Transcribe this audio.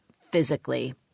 physically